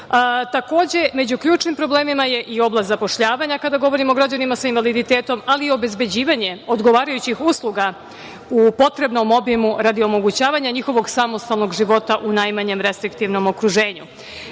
među ključnim problemima je i oblast zapošljavanja, kada govorimo o građanima sa invaliditetom, ali i obezbeđivanje odgovarajućih usluga u potrebnom obimu radi omogućavanja njihovog samostalnog života u najmanjem restriktivnom okruženju. Nije